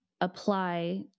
apply